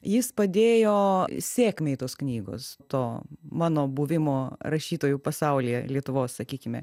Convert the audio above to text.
jis padėjo sėkmei tos knygos to mano buvimo rašytojų pasaulyje lietuvos sakykime